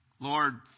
Lord